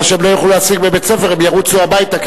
מה שהם לא יוכלו להשיג בבית-הספר, הם ירוצו הביתה.